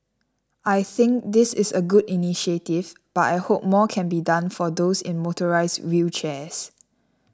I think this is a good initiative but I hope more can be done for those in motorised wheelchairs